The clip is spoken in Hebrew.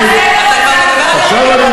בשחור לבן.